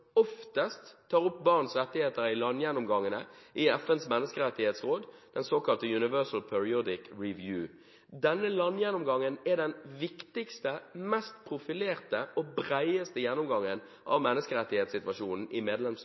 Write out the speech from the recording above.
oftest tar opp barns rettigheter i landgjennomgangene i FNs menneskerettighetsråd, den såkalte Universal Periodic Review. Denne landgjennomgangen er den viktigste, mest profilerte og bredeste gjennomgangen av menneskerettighetssituasjonen i medlemsland